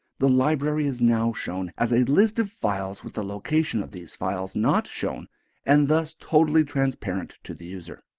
the library is now shown as a list of files with the location of these files not shown and thus totally transparent to the user.